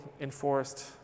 enforced